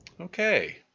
Okay